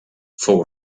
fou